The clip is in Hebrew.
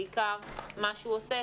בעיקר מה שהוא עושה,